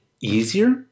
easier